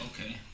okay